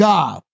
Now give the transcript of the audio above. God